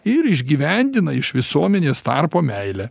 ir išgyvendina iš visuomenės tarpo meilę